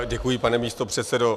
Děkuji, pane místopředsedo.